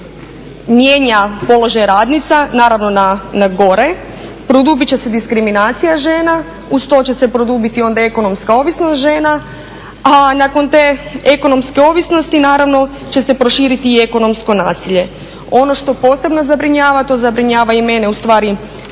mijenja položaj radnica, naravno na gore, produbit će se diskriminacija žena, uz to će se produbiti onda ekonomska ovisnost žena, a nakon te ekonomske ovisnosti naravno će se proširiti ekonomsko nasilje. Ono što posebno zabrinjava, to zabrinjava i mene ustvari,